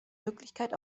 möglichkeit